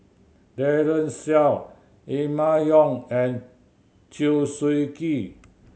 Daren Shiau Emma Yong and Chew Swee Kee